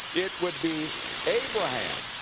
it would be abraham.